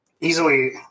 easily